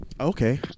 Okay